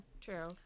True